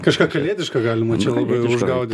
kažką kalėdiško galima čia labai užgaudyt